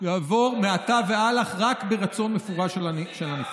יעבור מעתה ואילך רק ברצון מפורש של הנפטר.